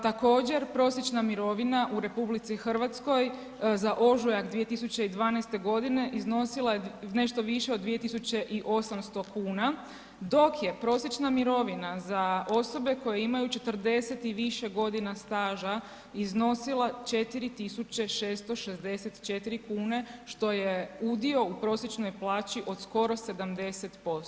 Također, prosječna mirovina u RH za ožujak 2012. g. iznosila je nešto više od 2800 kuna, dok je prosječna mirovina za osobe koje imaju 40 i više godina staža iznosila 4664 kune, što je udio u prosječnoj plaću od skoro 70%